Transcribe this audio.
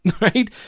Right